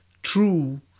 True